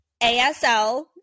ASL